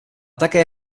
také